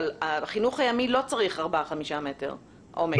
אבל החינוך הימי לא צריך ארבעה-חמישה מטרים עומק.